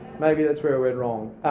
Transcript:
maybe that's where it went wrong.